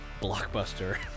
blockbuster